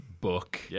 book